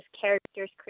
character's